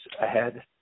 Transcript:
ahead